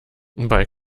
bei